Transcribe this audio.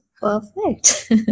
Perfect